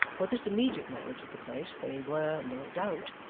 for this immediate knowledge of the place, they were, no doubt,